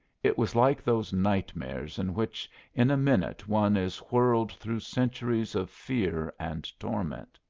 it was like those nightmares in which in a minute one is whirled through centuries of fear and torment.